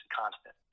constant